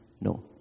No